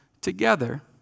together